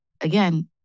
again